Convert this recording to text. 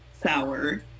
sour